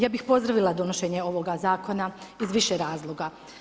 Ja bih pozdravila donošenje ovoga zakona iz više razloga.